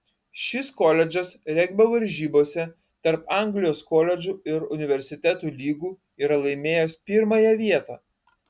šis koledžas regbio varžybose tarp anglijos koledžų ir universitetų lygų yra laimėjęs pirmąją vietą